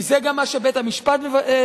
כי זה גם מה שבית-המשפט דרש,